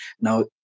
now